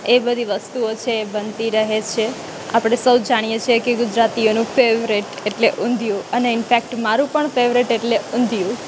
એ બધી વસ્તુઓ છે એ બનતી રહે છે આપણે સૌ જાણીએ છીએ કે ગુજરાતીઓનું ફેવરિટ એટલે ઉંધીયું અને ઇનફેકટ મારુ પણ ફેવરેટ એટલે ઉંધીયું